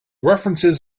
references